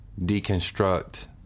deconstruct